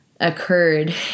occurred